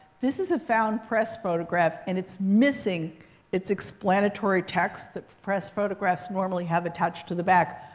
this is a found press photograph. and it's missing its explanatory text that press photographs normally have attached to the back.